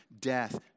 death